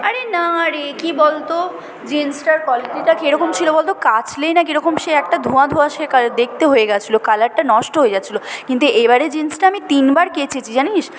আরে না রে কি বলতো জিন্সটার কোয়ালিটিটা কীরকম ছিল বলতো কাচলেই না কীরকম সে একটা ধোয়া ধোয়া সেকালের দেখতে হয়ে গেছিলো কালারটা নষ্ট হয়ে যাচ্ছিলো কিন্তু এবারে জিন্সটা আমি তিনবার কেচেছি জানিস